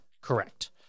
Correct